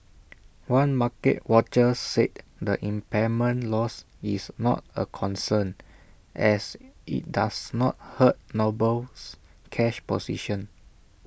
one market watcher said the impairment loss is not A concern as IT does not hurt Noble's cash position